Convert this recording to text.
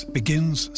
begins